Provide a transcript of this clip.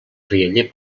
rialler